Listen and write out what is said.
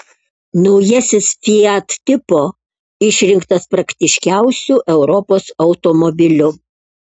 naujasis fiat tipo išrinktas praktiškiausiu europos automobiliu